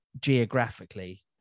geographically